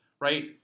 right